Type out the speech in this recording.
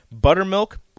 buttermilk